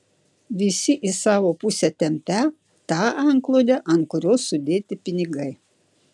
visi į savo pusę tempią tą antklodę ant kurios sudėti pinigai